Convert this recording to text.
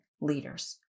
leaders